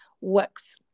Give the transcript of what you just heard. works